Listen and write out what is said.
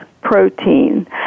protein